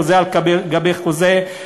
חוזה על גבי חוזה,